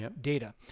data